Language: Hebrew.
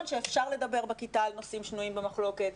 שאפשר לדבר בכיתה על נושאים שנויים במחלוקת,